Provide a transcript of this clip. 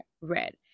red